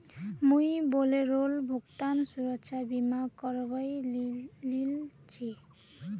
मुई बोलेरोर भुगतान सुरक्षा बीमा करवइ लिल छि